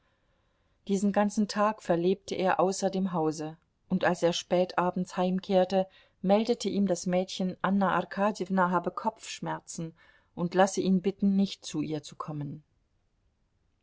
diesen ganzen tag verlebte er außer dem hause und als er spät abends heimkehrte meldete ihm das mädchen anna arkadjewna habe kopfschmerzen und lasse ihn bitten nicht zu ihr zu kommen